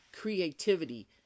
creativity